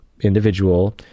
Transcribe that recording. individual